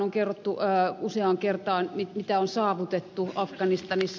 on kerrottu useaan kertaan mitä on saavutettu afganistanissa